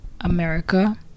America